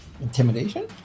Intimidation